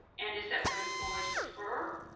and is that what employees prefer?